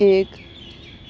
ایک